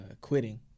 quitting